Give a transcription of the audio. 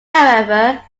however